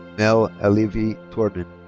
mel alievi tornin.